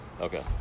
Okay